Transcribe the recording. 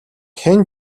хэн